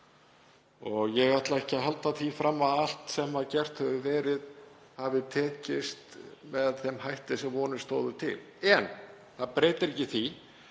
Ég ætla ekki að halda því fram að allt sem gert hefur verið hafi tekist með þeim hætti sem vonir stóðu til, en það breytir því